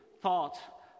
thought